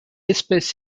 espèce